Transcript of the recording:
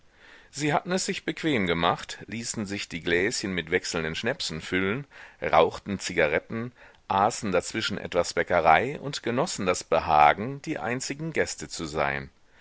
sie hatten es sich bequem gemacht ließen sich die gläschen mit wechselnden schnäpsen füllen rauchten zigaretten aßen dazwischen etwas bäckerei und genossen das behagen die einzigen gäste zu sein